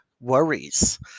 worries